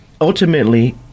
ultimately